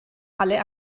alle